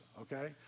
Okay